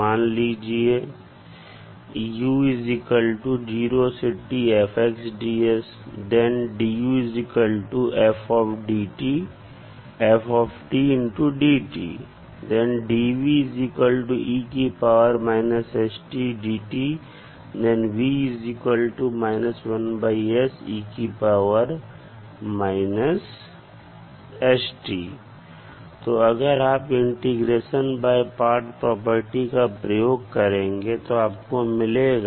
मान लीजिए तो अगर आप इंटीग्रेशन बाय पार्ट्स प्रॉपर्टी का प्रयोग करेंगे तो आपको मिलेगा